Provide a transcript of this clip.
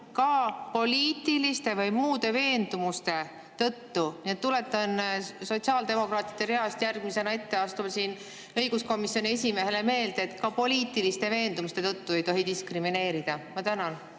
ka "poliitiliste või muude veendumuste tõttu". Tuletan sotsiaaldemokraatide reast järgmisena ette astuvale õiguskomisjoni esimehele meelde, et ka poliitiliste veendumuste tõttu ei tohi diskrimineerida. Jaa,